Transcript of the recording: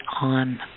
on